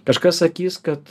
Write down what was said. kažkas sakys kad